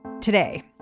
Today